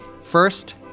First